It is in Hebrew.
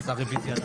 הצבעה בעד,